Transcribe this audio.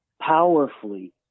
powerfully